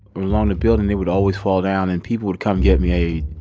along the building, they would always fall down and people would come get me. hey.